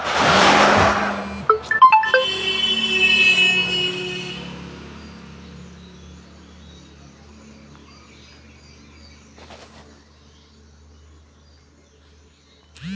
फसल बीमा करवाए खातिर का करे के होई?